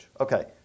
Okay